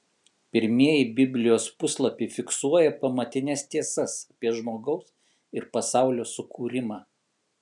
pirmieji biblijos puslapiai fiksuoja pamatines tiesas apie žmogaus ir pasaulio sukūrimą